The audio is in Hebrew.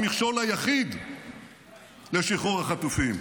המכשול היחיד לשחרור החטופים.